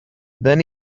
then